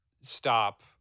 stop